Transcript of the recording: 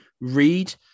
read